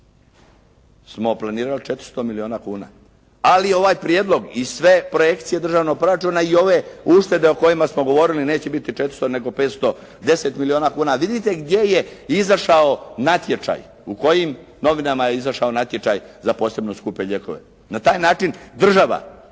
smo planirali 400 milijuna kuna. Ali ovaj prijedlog i sve projekcije državnog proračuna i ove uštede o kojima smo govorili neće biti 400 nego 510 milijuna kuna, vidite gdje je izašao natječaj, u kojim novinama je izašao natječaj za posebno skupe lijekove. Na taj način država